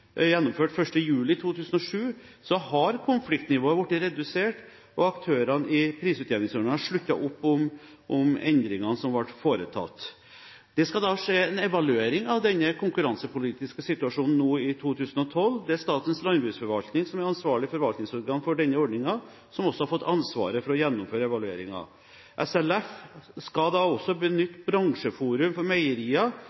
gjennomført 1. juli 2007, har konfliktnivået blitt redusert, og aktørene i prisutjevningsordningen har sluttet opp om endringene som ble foretatt. Det skal være en evaluering av denne konkurransepolitiske situasjonen nå i 2012. Det er Statens landbruksforvaltning, som er ansvarlig forvaltningsorgan for denne ordningen, som også har fått ansvaret for å gjennomføre evalueringen. SLF skal også